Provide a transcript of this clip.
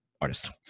artist